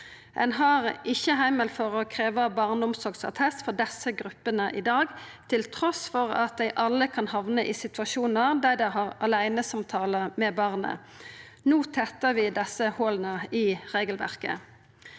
Ein har ikkje heimel for å krevja barneomsorgsattest for desse gruppene i dag, trass i at dei alle kan hamna i situasjonar der dei har åleinesamtalar med barnet. No tettar vi desse hola i regelverket.